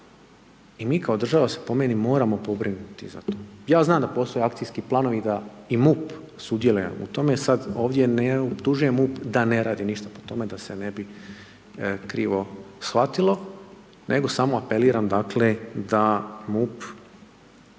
i mi kao država se po meni, moramo pobrinuti za to. Ja znam da postoje akcijski planovi, da i MUP sudjeluje u tome, sada ovdje ne optužujem MUP da ne radi ništa, po tome da se ne bi krivo shvatilo, nego samo apeliram dakle, da MUP